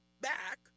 back